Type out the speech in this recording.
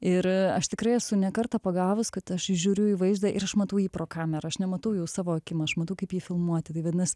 ir aš tikrai esu ne kartą pagavus kad aš įžiūriu į vaizdą ir aš matau jį pro kamerą aš nematau jau savo akim aš matau kaip ji filmuoti tai vadinas